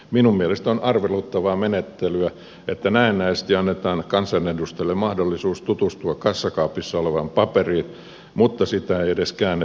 minun mielestäni on arveluttavaa menettelyä että näennäisesti annetaan kansanedustajille mahdollisuus tutustua kassakaapissa olevaan paperiin mutta sitä ei edes käännetä suomeksi